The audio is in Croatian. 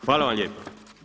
Hvala vam lijepa.